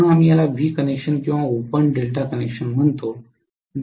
म्हणून आम्ही याला व्ही कनेक्शन किंवा ओपन डेल्टा कनेक्शन म्हणतो